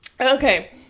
Okay